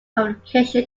communication